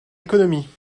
économie